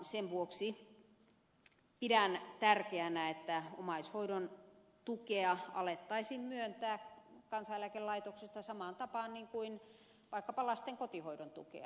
sen vuoksi pidän tärkeänä että omaishoidon tukea alettaisiin myöntää kansaneläkelaitoksesta samaan tapaan kuin vaikkapa lasten kotihoidon tukea